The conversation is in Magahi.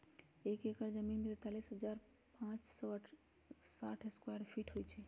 एक एकड़ जमीन में तैंतालीस हजार पांच सौ साठ स्क्वायर फीट होई छई